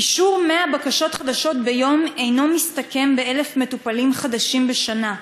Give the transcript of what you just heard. אישור 100 בקשות חדשות ביום אינו מסתכם ב-1,000 מטופלים חדשים בשנה.